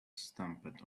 stamped